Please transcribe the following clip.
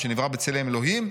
שנברא בצלם אלוהים,